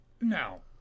now